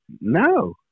No